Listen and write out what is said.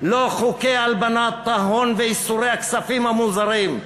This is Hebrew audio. לא חוקי הלבנת ההון ואיסורי הכספים המוזרים,